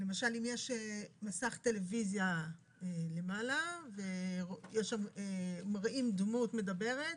למשל אם יש מסך טלוויזיה למעלה ומראים דמות מדברת,